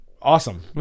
Awesome